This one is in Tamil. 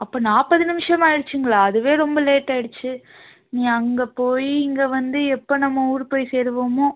அப்போ நாற்பது நிமிஷம் ஆயிடுச்சிங்களா அதுவே ரொம்ப லேட் ஆயிடுச்சு இனி அங்கே போய் இங்கே வந்து எப்போ நம்ம வீடு போய் சேருவோமோ